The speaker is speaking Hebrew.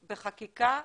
בחקיקה,